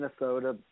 Minnesota